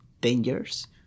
dangers